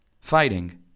Fighting